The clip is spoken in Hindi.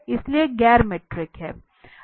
इसलिए गैर मीट्रिक हैं